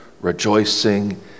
rejoicing